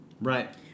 Right